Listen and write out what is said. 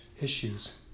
issues